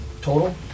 total